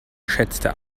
schätzte